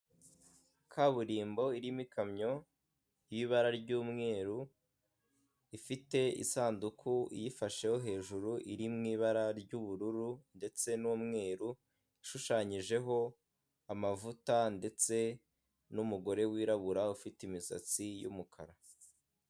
Kaburimbo irimo ikamyo y'ibara ry'umweru ifite isanduku iyifasheho hejuru iri mu ibara ry'ubururu ndetse n'umweru, ishushanyijeho amavuta ndetse n'umugore wirabura ufite imisatsi y'umukara.